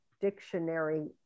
dictionary